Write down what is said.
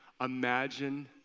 imagine